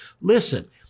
listen